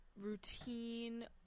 routine